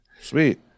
Sweet